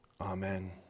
Amen